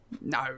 no